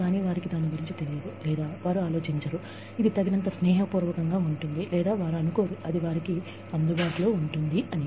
కానీ వారికి దాని గురించి తెలియదు లేదా వారు ఆలోచించరు ఇది తగినంత స్నేహపూర్వకంగా ఉంటుంది లేదా వారు అనుకోరు అది వారికి అందుబాటులో ఉంటుంది అని